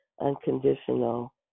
unconditional